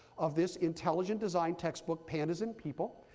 of this intelligent design textbook, pandas and people.